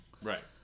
Right